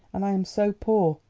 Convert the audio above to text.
and i am so poor.